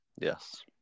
Yes